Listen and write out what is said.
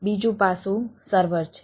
બીજું પાસું સર્વર છે